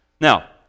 Now